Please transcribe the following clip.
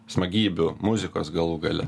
smagybių muzikos galų gale